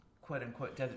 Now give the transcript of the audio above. quote-unquote